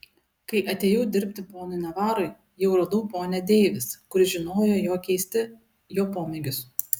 kai atėjau dirbti ponui navarui jau radau ponią deivis kuri žinojo jo keisti jo pomėgius